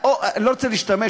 אני לא רוצה להשתמש,